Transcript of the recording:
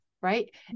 right